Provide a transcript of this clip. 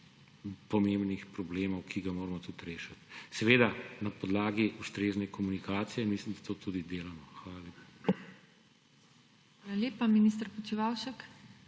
pomembnih problemov, ki ga moramo tudi rešiti. Seveda na podlagi ustrezne komunikacije in mislim, da to tudi delamo. Hvala lepa.